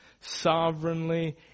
sovereignly